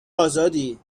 آزادی